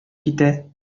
китә